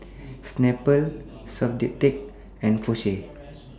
Snapple Soundteoh and Porsche